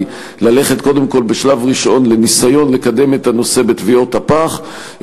ללכת קודם כול בשלב ראשון לניסיון לקדם את הנושא בתביעות הפח,